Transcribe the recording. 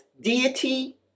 deity